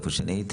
איפה שאני הייתי,